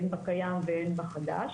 הן בקיים והן בחדש.